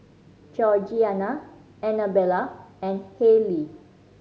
Georgiana Annabella and Hayley